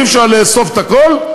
אי-אפשר לאסוף את הכול,